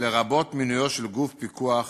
לרבות מינויו של גוף פיקוח